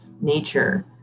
nature